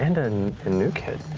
and and the new kid.